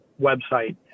website